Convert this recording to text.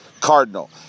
Cardinal